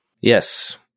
Yes